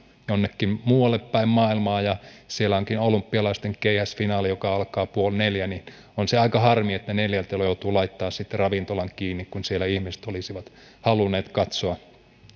jossakin muualla päin maailmaa onkin olympialaisten keihäsfinaali joka alkaa puoli neljältä niin on se aika harmi että neljältä joutuu laittamaan sitten ravintolan kiinni kun ihmiset olisivat halunneet katsoa